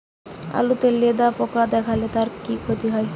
আলুতে লেদা পোকা দেখালে তার কি ক্ষতি হয়?